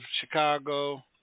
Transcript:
Chicago